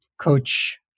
coach